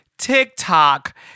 TikTok